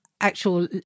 actual